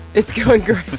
it's going great